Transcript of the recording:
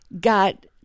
got